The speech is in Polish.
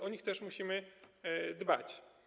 O nich też musimy dbać.